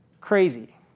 Crazy